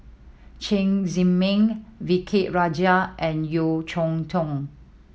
Chen Zhiming V K Rajah and Yeo Cheow Tong